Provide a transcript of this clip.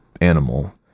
animal